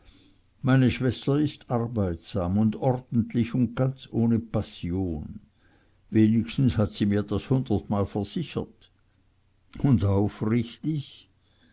meine schwester ist arbeitsam und ordentlich und ganz ohne passion wenigstens hat sie mir das hundertmal versichert und aufrichtig